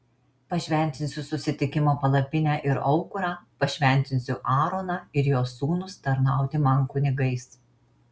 pašventinsiu susitikimo palapinę ir aukurą pašventinsiu aaroną ir jo sūnus tarnauti man kunigais